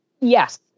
Yes